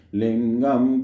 lingam